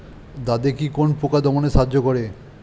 দাদেকি কোন পোকা দমনে সাহায্য করে?